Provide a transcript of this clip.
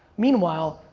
meanwhile,